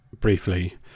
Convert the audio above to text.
briefly